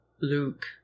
Luke